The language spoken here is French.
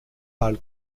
hall